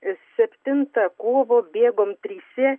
septintą kovo bėgom trise